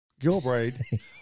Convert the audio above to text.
Gilbride